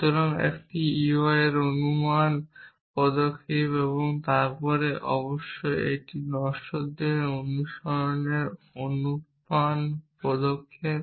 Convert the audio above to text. সুতরাং এটি UI এর একটি অনুমান পদক্ষেপ এবং তারপরে অবশ্যই এটি নশ্বরদের অনুসরণের অনুমান পদক্ষেপ